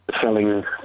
Selling